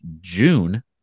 June